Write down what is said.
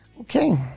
Okay